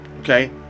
okay